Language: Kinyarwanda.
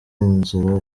inzira